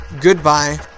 goodbye